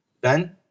Ben